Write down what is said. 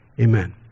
Amen